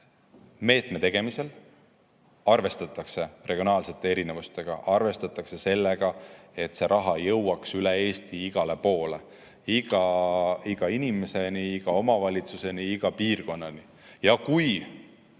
meetme tegemisel arvestatakse regionaalsete erinevustega, arvestatakse sellega, et see raha jõuaks üle Eesti igale poole, iga inimeseni, iga omavalitsuseni, iga piirkonnani. Ja kui